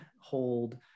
hold